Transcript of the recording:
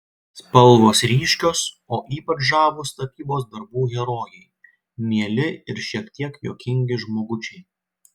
spalvos ryškios o ypač žavūs tapybos darbų herojai mieli ir šiek tiek juokingi žmogučiai